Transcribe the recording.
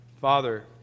Father